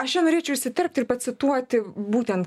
aš čia norėčiau įsiterpti ir pacituoti būten